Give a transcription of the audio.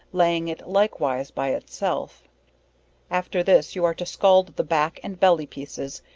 laying it likewise by itself after this you are to scald the back, and belly pieces,